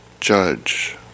judge